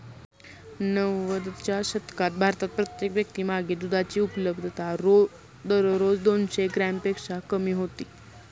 नव्वदच्या दशकात भारतात प्रत्येक व्यक्तीमागे दुधाची उपलब्धता दररोज दोनशे ग्रॅमपेक्षा कमी होती